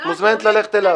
את מוזמנת ללכת אליו.